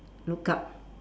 look up